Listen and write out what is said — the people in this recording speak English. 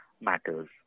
matters